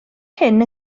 hyn